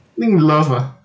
think love ah